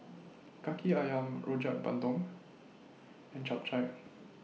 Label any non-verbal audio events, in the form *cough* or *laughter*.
Kaki *noise* Ayam Rojak Bandung and Chap Chai